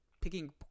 picking